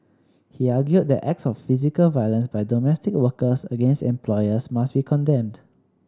he argued that acts of physical violence by domestic workers against employers must be condemned